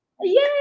Yay